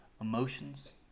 emotions